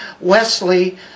Wesley